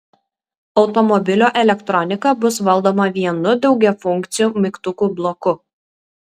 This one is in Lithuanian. automobilio elektronika bus valdoma vienu daugiafunkciu mygtukų bloku